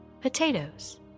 Potatoes